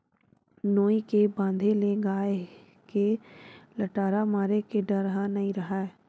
नोई के बांधे ले गाय के लटारा मारे के डर ह नइ राहय